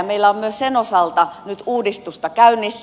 meillä on myös sen osalta nyt uudistusta käynnissä